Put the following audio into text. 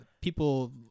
People